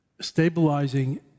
Stabilizing